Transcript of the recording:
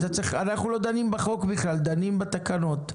אנחנו לא דנים בחוק בכלל, דנים בתקנות.